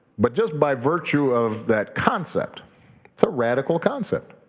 but just by virtue of that concept, it's a radical concept.